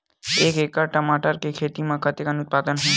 एक एकड़ टमाटर के खेती म कतेकन उत्पादन होही?